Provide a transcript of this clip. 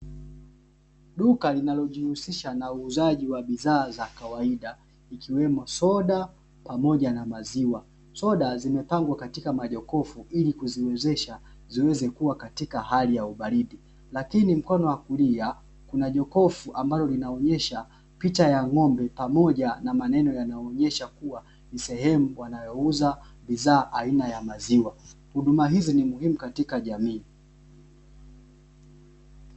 Duka linalojihusisha na uuzaji wa bidhaa za kawaida, ikiwemo soda pamoja na maziwa. Soda zimepangwa katika majokofu ili kuziwezesha ziweze kuwa katika hali ya ubaridi, lakini mkono wa kulia kuna jokofu ambalo linaonyesha picha ya ng'ombe pamoja na maneno yanaonyesha kuwa ni sehemu wanayouza bidhaa aina ya maziwa, huduma hizi ni muhimu katika jamii.